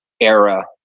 era